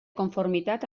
conformitat